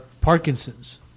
Parkinson's